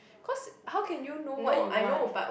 cause how can you know what you want